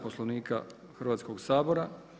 Poslovnika Hrvatskog sabora.